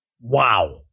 Wow